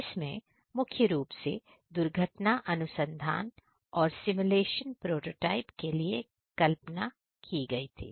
इसमें मुख्य रूप से दुर्घटना अनुसंधानऔर सिमुलेशन प्रोटोटाइप के लिए कल्पना हो गई थी